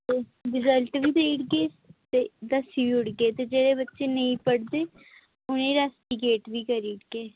result बी देई ओड़गै ते दस्सी ओड़गे ते जेह्ड़े बच्चे नेईं पढ़दे उ'नें गी इरैस्टीगेट बी करी ओड़गे